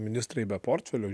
ministrai be portfelio